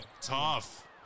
Tough